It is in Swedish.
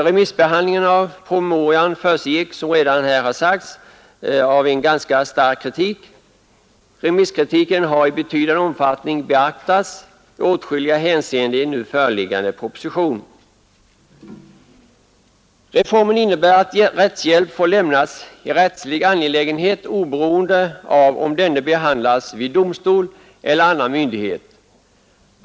Remissbehandlingen av promemorian försiggick, som redan sagts, av en ganska stark kritik, och remisskritiken har i betydande omfattning beaktats i åtskilliga hänseenden i den nu föreliggande propositionen. Reformen innebär att rättshjälp får lämnas i rättslig angelägenhet, oberoende av om denna behandlas vid domstol eller annan myndighet.